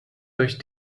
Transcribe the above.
durch